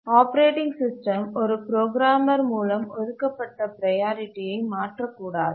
operating system ஒரு programmer மூலம் ஒதுக்கப்பட்ட ப்ரையாரிட்டியை மாற்றக்கூடாது